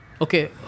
okay